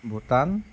Bhutan